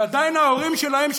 ועדיין ההורים שלהם,